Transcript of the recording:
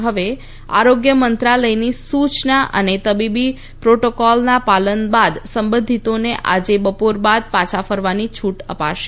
હવે આરોગ્ય મંત્રાલયની સૂચના અને તબીબી પ્રોટોકોલના પાલન બાદ સંબંધીતોને આજે બપોરબાદ પાછા ફરવાની છૂટ અપાશે